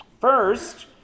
First